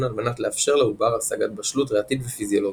על מנת לאפשר לעובר השגת בשלות ריאתית ופיזיולוגית.